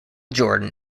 jordan